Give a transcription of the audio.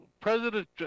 President